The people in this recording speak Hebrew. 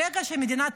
ברגע שמדינה תחליט,